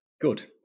Good